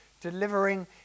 delivering